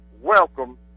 Welcome